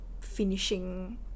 finishing